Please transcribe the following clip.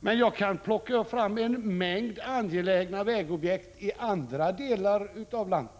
Men jag kan plocka fram en mängd angelägna vägobjekt i andra delar av landet.